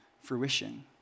fruition